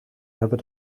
hebben